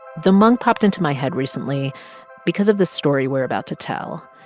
the monk popped into my head recently because of the story we're about to tell.